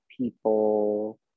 people